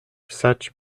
such